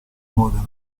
modena